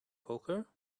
poker